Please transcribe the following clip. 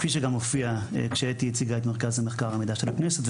כפי שהופיע כשאתי הציגה את מרכז המחקר והמידע של הכנסת,